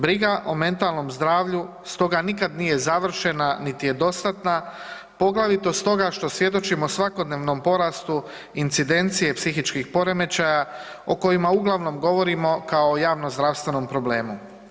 Briga o mentalnom zdravlju stoga nikad nije završena niti je dostatna, poglavito stoga što svjedočimo svakodnevnom porastu incidencije psihičkih poremećaja o kojima uglavnom govorimo kao o javnozdravstvenom problemu.